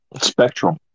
spectrum